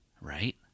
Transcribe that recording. Right